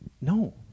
No